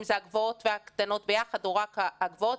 אם אלה הגבוהות והקטנות ביחד או רק הגבוהות.